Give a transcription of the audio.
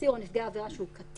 אסיר או נפגע עבירה שהוא קטין,